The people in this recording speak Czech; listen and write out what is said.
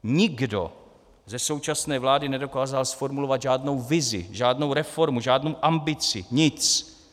Nikdo ze současné vlády nedokázal zformulovat žádnou vizi, žádnou reformu, žádnou ambici, nic.